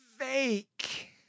Fake